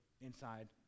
inside